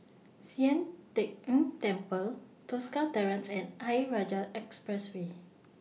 Sian Teck Tng Temple Tosca Terrace and Ayer Rajah Expressway